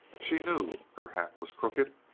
she knew her hat was crooked,